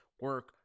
Work